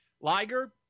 Liger